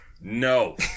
No